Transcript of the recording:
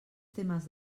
temes